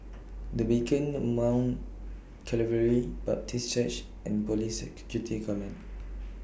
The Beacon The Mount Calvary Baptist Church and Police Security Command